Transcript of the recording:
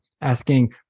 asking